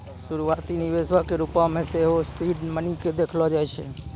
शुरुआती निवेशो के रुपो मे सेहो सीड मनी के देखलो जाय छै